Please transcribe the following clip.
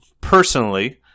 Personally